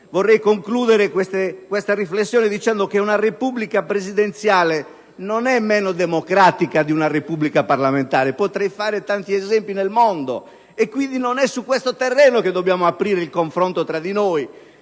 Vorrei concludere questa riflessione dicendo che una repubblica presidenziale non è meno democratica di una parlamentare (potrei fare tanti esempi nel mondo); non è quindi su questo terreno che dobbiamo aprire il confronto tra di noi.